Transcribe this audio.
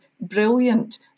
Brilliant